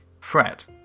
fret